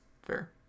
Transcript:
Fair